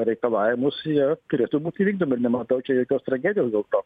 reikalavimus jie turėtų būti vykdomi ir nematau čia jokios tragedijos dėl to